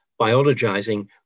biologizing